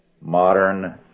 modern